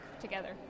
together